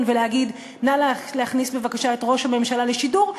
ולהגיד: נא להכניס את ראש הממשלה לשידור,